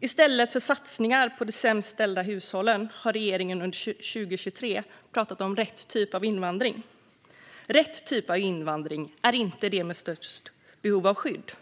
I stället för satsningar på de sämst ställda hushållen har regeringen under 2023 pratat om "rätt typ av invandring". "Rätt typ av invandring" är inte de med störst behov av skydd.